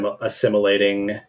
assimilating